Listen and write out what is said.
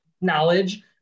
knowledge